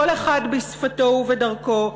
כל אחד בשפתו ובדרכו,